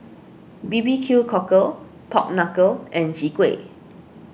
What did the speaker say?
B B Q Cockle Pork Knuckle and Chwee Kueh